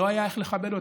לא היה איך לכבד אותם.